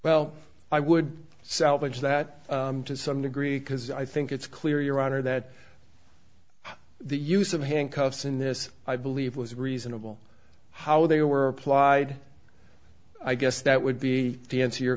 well i would salvage that to some degree because i think it's clear your honor that the use of handcuffs in this i believe was reasonable how they were applied i guess that would be the answer your